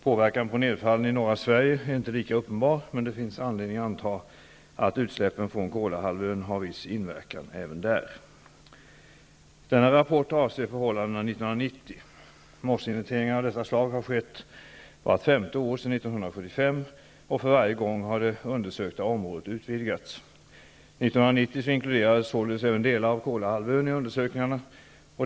Påverkan på nedfallen i norra Sverige är inte lika uppenbar, men det finns anledning att anta att utsläppen från Kolahalvön har viss inverkan även där. Denna rapport avser förhållandena 1990. Mossinventeringar av detta slag har skett vart femte år sedan 1975. För varje gång har det undersökta området utvidgats. 1990 inkluderades således även delar av Kolahalvön i undersökningarna.